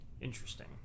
Interesting